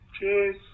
Cheers